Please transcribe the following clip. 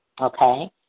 okay